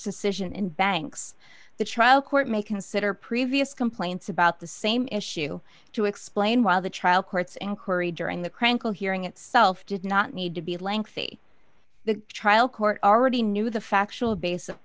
decision in banks the trial court may consider previous complaints about the same issue to explain while the trial court's inquiry during the crank a hearing itself did not need to be lengthy the trial court already knew the factual bas